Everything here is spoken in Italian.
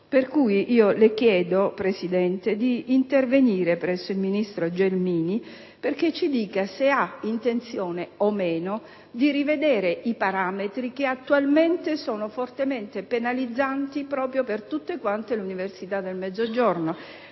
Le chiedo perciò, Presidente, di intervenire presso il ministro Gelmini perché ci dica se ha intenzione o meno di rivedere i parametri, che attualmente sono fortemente penalizzanti per tutte le università del Mezzogiorno.